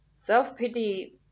self-pity